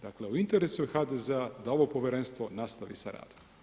Dakle u interesu je HDZ-a da ovo povjerenstvo nastavi sa radom.